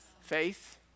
faith